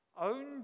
own